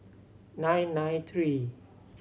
nine nine three